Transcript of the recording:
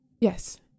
Yes